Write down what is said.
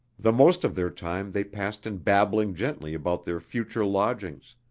the most of their time they passed in babbling gently about their future lodgings,